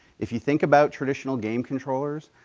if you think about traditional game controllers,